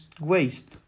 waste